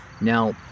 Now